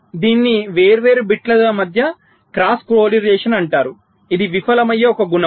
కాబట్టి దీనిని వేర్వేరు బిట్ల మధ్య క్రాస్ కోరిలేషన్ అంటారు ఇది విఫలమయ్యే ఒక గుణం